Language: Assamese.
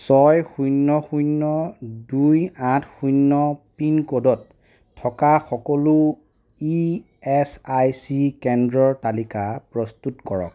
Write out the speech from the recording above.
ছয় শূন্য় শূন্য় দুই আঠ শূন্য় পিনক'ডত থকা সকলো ই এচ আই চি কেন্দ্ৰৰ তালিকা প্ৰস্তুত কৰক